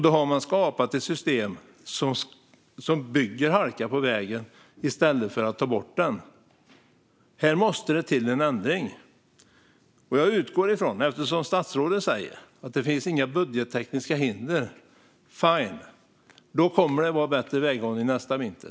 Då har man skapat ett system som bygger halka på vägen i stället för att ta bort den. Här måste det ske en ändring. Eftersom statsrådet säger att det inte finns några budgettekniska hinder utgår jag från att det kommer att vara bättre väghållning nästa vinter.